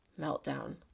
meltdown